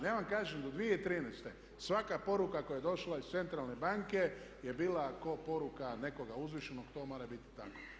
Ja vam kažem do 2013. svaka poruka koja je došla iz centralne banke je bila ko poruka nekoga uzvišenoga, to mora biti tako.